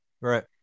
right